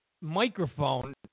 microphone